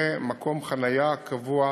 לנכה מקום חניה קבוע